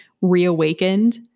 reawakened